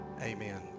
amen